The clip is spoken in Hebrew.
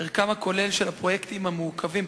ערכם הכולל של הפרויקטים המעוכבים,